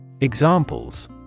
Examples